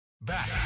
Back